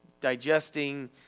digesting